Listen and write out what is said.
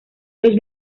los